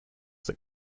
that